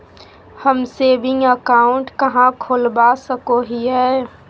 हम saving account कहाँ खोलवा सको हियै?